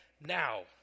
now